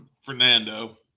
Fernando